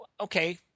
Okay